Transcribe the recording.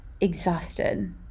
exhausted